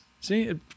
See